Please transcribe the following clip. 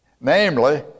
Namely